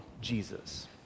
Jesus